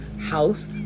House